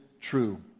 true